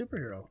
superhero